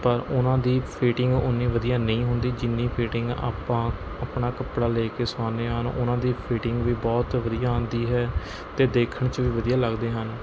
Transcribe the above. ਪਰ ਉਨ੍ਹਾਂ ਦੀ ਫਿਟਿੰਗ ਓਨੀ ਵਧੀਆ ਨਹੀਂ ਹੁੰਦੀ ਜਿੰਨੀ ਫਿਟਿੰਗ ਆਪਾਂ ਆਪਣਾ ਕੱਪੜਾ ਲੈ ਕੇ ਸਵਾਨੇ ਹਨ ਉਨ੍ਹਾਂ ਦੀ ਫਿਟਿੰਗ ਵੀ ਬਹੁਤ ਵਧੀਆ ਆਉਂਦੀ ਹੈ ਅਤੇ ਦੇਖਣ 'ਚ ਵੀ ਵਧੀਆ ਲੱਗਦੇ ਹਨ